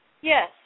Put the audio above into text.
Yes